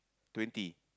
twenty